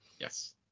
Yes